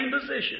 position